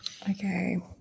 Okay